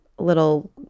Little